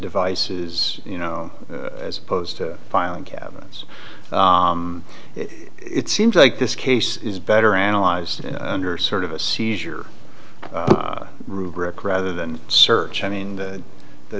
devices you know as opposed to filing cabinets it seems like this case is better analyzed under sort of a seizure rubric rather than search i mean the